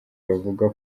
bavuga